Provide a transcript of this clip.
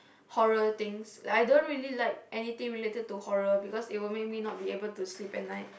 horror things like I don't really like anything related to horror because it will make me not be able to sleep at night